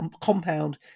compound